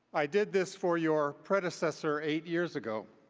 i did this for your predecessor eight years ago.